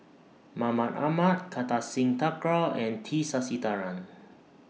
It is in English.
Mahmud Ahmad Kartar Singh Thakral and T Sasitharan